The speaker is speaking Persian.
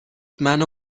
منو